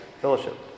fellowship